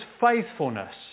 faithfulness